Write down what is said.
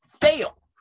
Fail